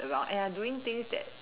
around and are doing things that